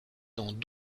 dans